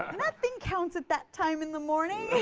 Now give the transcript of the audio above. um nothing counts at that time in the morning.